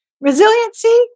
Resiliency